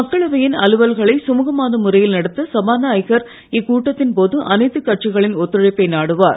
மக்களவையின் அலுவல்களை சுமுகமான முறையில் நடத்த சபாநாயகர் இக்கூட்டத்தின்போது அனைத்து கட்சிகளில் ஒத்துழைப்பை நாடுவார்